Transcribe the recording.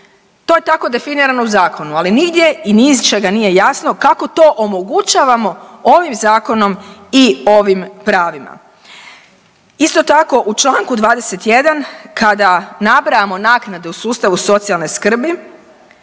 to je tako definirano u zakonu ali nigdje i ni iz čega nije jasno kako to omogućavamo ovim zakonom i ovim pravima. Isto tako u članku 21. kada nabrajamo naknade u sustavu socijalne skrbi